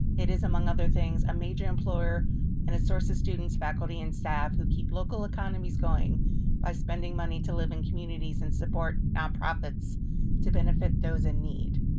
it is, among other things, a major employer and a source of students, faculty, and staff who keep local economies going by spending money to live in communities and support nonprofits to benefit those in need.